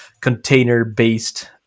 container-based